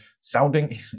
sounding